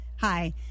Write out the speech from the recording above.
Hi